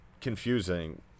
confusing